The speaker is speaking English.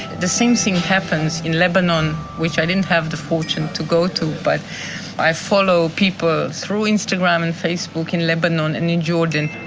the same thing happens in lebanon, which i didn't have the fortune to go to. but i follow people through instagram and facebook in lebanon and in jordan.